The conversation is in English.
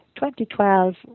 2012